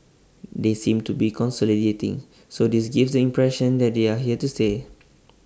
they seem to be consolidating so this gives the impression that they are here to stay